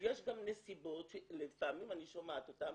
יש גם נסיבות, שלפעמים אני שומעת אותן